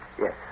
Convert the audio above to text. Yes